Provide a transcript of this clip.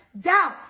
doubt